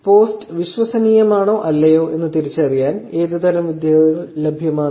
post വിശ്വസനീയമാണോ അല്ലയോ എന്ന് തിരിച്ചറിയാൻ ഏതുതരം വിദ്യകൾ ലഭ്യമാണ്